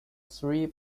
three